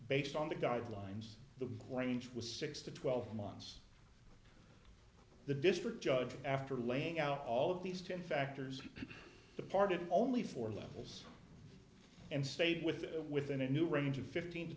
based on the guidelines the grange was six to twelve months the district judge after laying out all of these ten factors departed only four levels and stayed with it within a new range of fifteen to